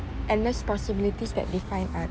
endless possibilities that define art